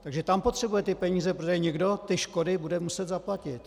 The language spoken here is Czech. Takže tam potřebuje ty peníze, protože někdo ty škody bude muset zaplatit!